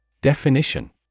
Definition